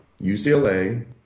UCLA